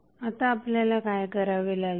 आता आपल्याला काय करावे लागेल